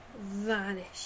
vanish